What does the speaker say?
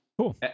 Cool